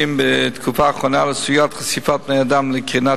בתקופה האחרונה לסוגיית חשיפות בני-אדם לקרינות